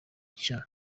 nshya